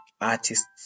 artists